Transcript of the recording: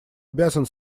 обязан